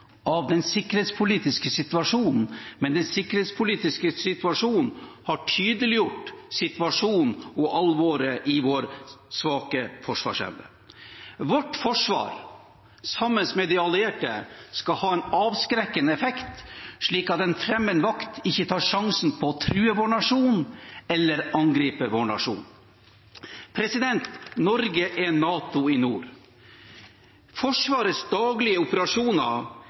av den sikkerhetspolitiske situasjonen, men den sikkerhetspolitiske situasjonen har tydeliggjort situasjonen og alvoret i vår svake forsvarsevne. Vårt forsvar, sammen med de allierte, skal ha en avskrekkende effekt, slik at en fremmed makt ikke tar sjansen på å true eller angripe vår nasjon. Norge er NATO i nord. Forsvarets daglige operasjoner